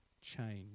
change